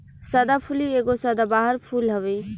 सदाफुली एगो सदाबहार फूल हवे